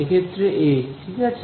এক্ষেত্রে এ ঠিক আছে